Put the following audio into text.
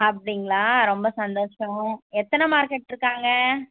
அப்படிங்களா ரொம்ப சந்தோஷம் எத்தனை மார்க் எடுத்துருக்காங்க